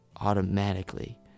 automatically